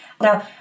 Now